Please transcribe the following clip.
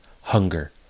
hunger